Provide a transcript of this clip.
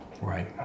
Right